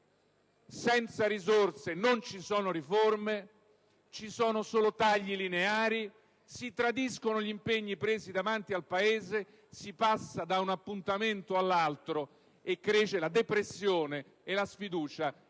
Senza risorse non ci sono riforme. Ci sono solo tagli lineari, si tradiscono gli impegni assunti davanti al Paese, si passa da un appuntamento all'altro e cresce la depressione e la sfiducia